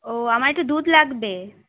ও আমার একটু দুধ লাগবে